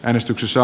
äänestyksessä